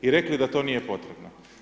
I rekli da to nije potrebno.